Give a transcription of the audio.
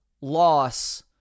loss